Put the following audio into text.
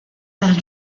par